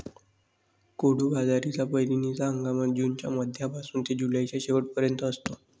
कोडो बाजरीचा पेरणीचा हंगाम जूनच्या मध्यापासून ते जुलैच्या शेवट पर्यंत असतो